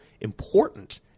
important